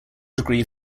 degree